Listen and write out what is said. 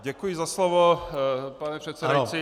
Děkuji za slovo, pane předsedající.